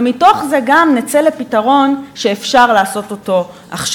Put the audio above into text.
ומתוך זה גם נצא לפתרון שאפשר היה לעשות עכשיו.